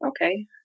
Okay